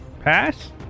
Pass